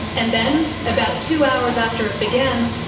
and then, about two hours after it began,